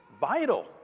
vital